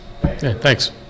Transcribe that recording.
Thanks